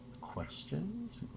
questions